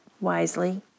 wisely